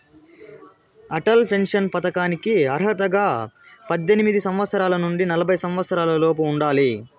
Atal pension పథకానికి అర్హతగా పద్దెనిమిది సంవత్సరాల నుండి నలభై సంవత్సరాలలోపు ఉండాలి